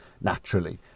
naturally